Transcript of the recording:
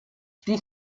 die